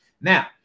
Now